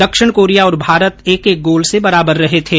दक्षिण कोरिया और भारत एक एक गोल से बराबर रहे थे